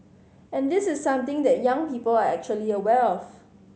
and this is something that young people are acutely aware of